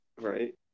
Right